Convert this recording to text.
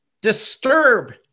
disturb